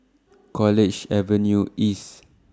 College Avenue East